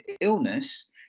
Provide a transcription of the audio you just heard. illness